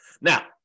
now